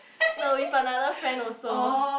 no with another friend also